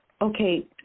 Okay